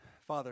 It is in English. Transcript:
Father